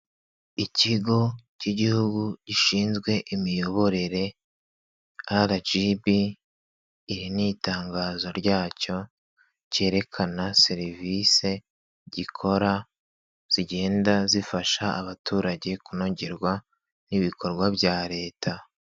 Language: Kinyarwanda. Ikigo cy'igihugu gishinzwe imiyoborere RGB, iri ni itangazo ryacyo cyerekana serivisi gikora, zigenda zifasha abaturage kunogerwa n'ibikorwa bya Leta.